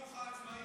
החינוך העצמאי.